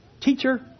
teacher